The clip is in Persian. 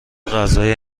غذای